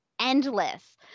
endless